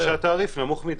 או שהתעריף נמוך מדי.